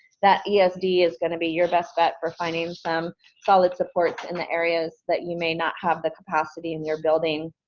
that yeah esd is going to be your best bet for finding some solid supports in the areas that you may not have the capacity in your building.